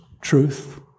truth